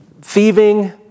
thieving